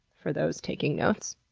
for those taking notes.